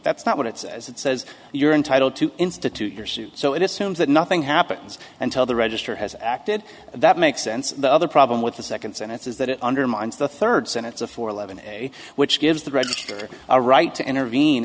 that's not what it says it says you're entitled to institute your suit so it is assumed that nothing happens until the register has acted that makes sense the other problem with the second sentence is that it undermines the third sentence of four eleven a which gives the register a right to intervene